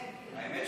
כן.